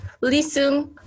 listen